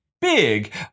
big